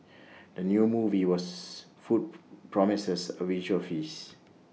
the new movie was food promises A visual feast